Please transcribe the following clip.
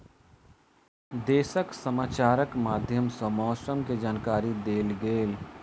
देशक समाचारक माध्यम सॅ मौसम के जानकारी देल गेल